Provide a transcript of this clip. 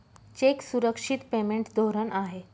check सुरक्षित payment धोरण आहे